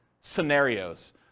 scenarios